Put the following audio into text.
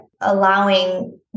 allowing